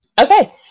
Okay